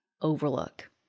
overlook